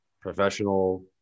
professional